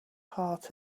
heart